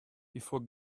before